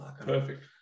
Perfect